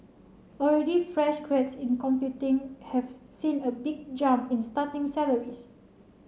already fresh grads in computing have seen a big jump in starting salaries